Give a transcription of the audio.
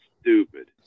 stupid